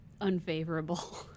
Unfavorable